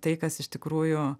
tai kas iš tikrųjų